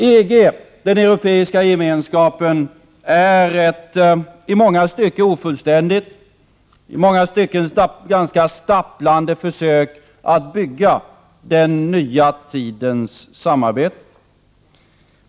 EG, den europeiska gemenskapen, är ett i många stycken ofullständigt och i många stycken ganska stapplande försök att bygga den nya tidens 61 samarbete.